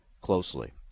closely